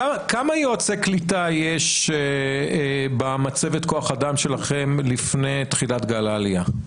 כמה יועצי קליטה יש במצבת כוח האדם שלכם לפני תחילת גל העלייה?